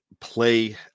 play